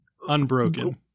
unbroken